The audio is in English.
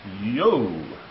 yo